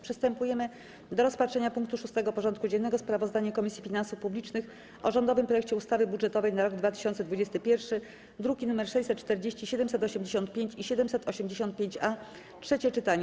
Przystępujemy do rozpatrzenia punktu 6. porządku dziennego: Sprawozdanie Komisji Finansów Publicznych o rządowym projekcie ustawy budżetowej na rok 2021 (druki nr 640, 785 i 785-A) - trzecie czytanie.